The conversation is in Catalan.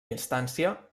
instància